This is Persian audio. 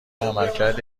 عملکرد